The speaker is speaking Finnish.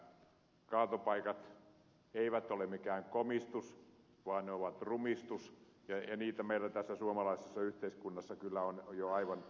kaatopaikat eivät ole mikään komistus vaan ne ovat rumistus ja niitä meillä tässä suomalaisessa yhteiskunnassa kyllä on jo aivan riittämiin